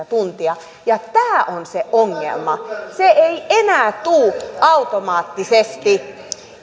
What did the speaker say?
tuntia ja tämä on se ongelma se ei enää tule automaattisesti